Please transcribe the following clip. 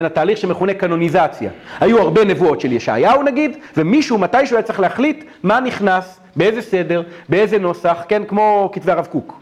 התהליך שמכונה קנוניזציה, היו הרבה נבואות של ישעיהו נגיד, ומישהו מתישהו היה צריך להחליט מה נכנס, באיזה סדר, באיזה נוסח, כן, כמו כתבי הרב קוק.